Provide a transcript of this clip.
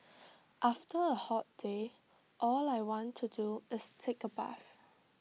after A hot day all I want to do is take A bath